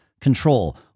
control